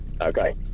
Okay